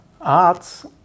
arts